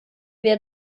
wir